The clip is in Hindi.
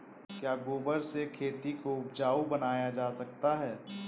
क्या गोबर से खेती को उपजाउ बनाया जा सकता है?